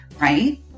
right